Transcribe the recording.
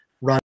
run